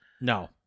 No